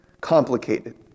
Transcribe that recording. complicated